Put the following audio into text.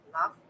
love